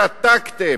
שתקתם,